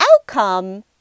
outcome